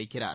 வைக்கிறார்